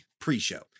pre-show